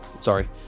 sorry